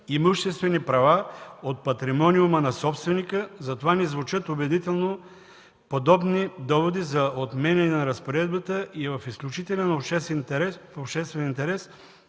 имуществени права от патримониума на собственика, затова не звучат убедително подобни доводи за отменяне на разпоредбата и е в изключителен обществен интерес